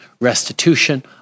restitution